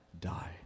die